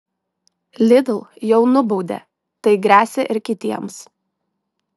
lidl jau nubaudė tai gresia ir kitiems